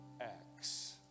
acts